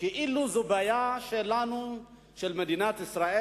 כאילו זו בעיה שלנו, של מדינת ישראל.